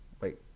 wait